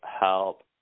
help